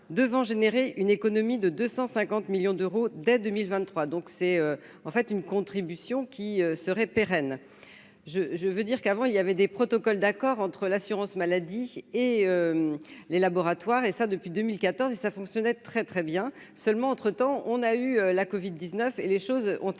devant générer une économie de 250 millions d'euros dès 2023, donc c'est en fait une contribution qui serait pérenne je, je veux dire qu'avant il y avait des protocoles d'accord entre l'assurance maladie et les laboratoires et ça depuis 2014 et ça fonctionnait très très bien seulement entre-temps on a eu la Covid 19 et les choses ont un